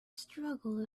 struggle